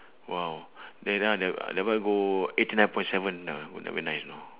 !wow! that that one I never I never go eighty nine point seven never go that one nice or not ah